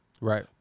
Right